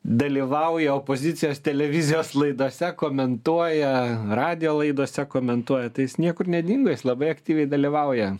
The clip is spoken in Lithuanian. dalyvauja opozicijos televizijos laidose komentuoja radijo laidose komentuoja tai jis niekur nedingo jis labai aktyviai dalyvauja